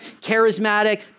charismatic